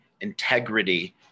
integrity